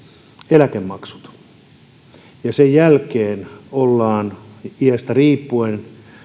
eläkemaksut ja sen jälkeen ollaan iästä riippuen